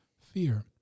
fear